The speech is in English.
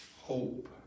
hope